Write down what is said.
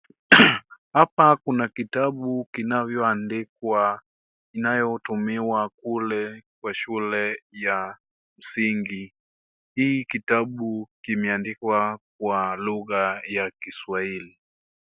Hapa kuna kitabu kinavyoandikwa kinayotumiwa kule kwa shule ya msingi, hii kitabu kimeandikwa kwa lugha ya Kiswahili.